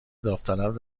داوطلب